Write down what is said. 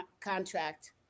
contract